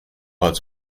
als